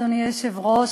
אדוני היושב-ראש,